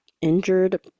injured